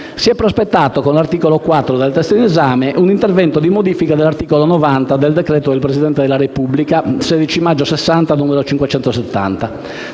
si è prospettato - con l'articolo 4 del testo in esame - un intervento di modifica dell'articolo 90 del decreto del Presidente della Repubblica 16 maggio 1960, n. 570